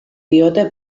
diote